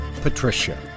Patricia